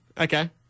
Okay